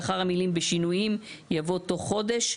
לאחר המילים "בשינויים" יבוא "תוך חודש".